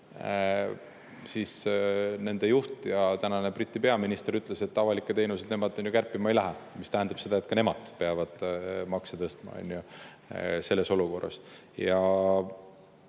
siis nende juht ja tänane Briti peaminister ütles, et avalikke teenuseid nemad kärpima ei lähe, mis tähendab seda, et ka nemad peavad makse tõstma selles olukorras.